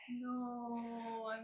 No